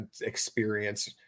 experience